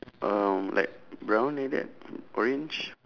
um like brown like that orange